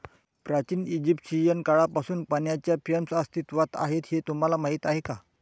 प्राचीन इजिप्शियन काळापासून पाण्याच्या फ्रेम्स अस्तित्वात आहेत हे तुम्हाला माहीत आहे का?